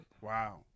Wow